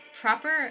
proper